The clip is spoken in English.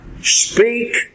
Speak